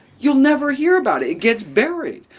you'll never hear about it. it gets buried.